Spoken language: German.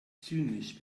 zynisch